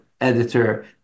editor